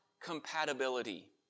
compatibility